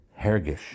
hergish